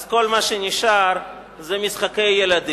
אז כל מה שנשאר זה משחקי ילדים.